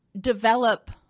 develop